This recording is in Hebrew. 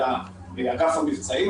אלא אגף המבצעים,